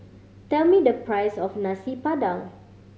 tell me the price of Nasi Padang